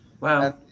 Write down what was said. Wow